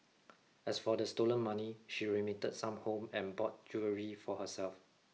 as for the stolen money she remitted some home and bought jewellery for herself